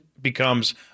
becomes